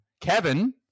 Kevin